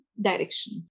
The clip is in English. direction